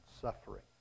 suffering